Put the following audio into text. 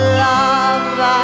love